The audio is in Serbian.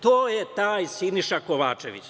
To je taj Siniša Kovačević.